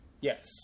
Yes